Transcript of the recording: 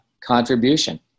contribution